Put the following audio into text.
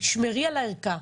תשמרי על הערכה.